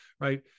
right